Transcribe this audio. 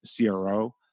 CRO